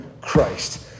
Christ